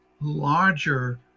larger